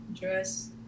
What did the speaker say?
dress